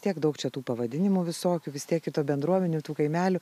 tiek daug čia tų pavadinimų visokių vis tiek ir tų bendruomenių tų kaimelių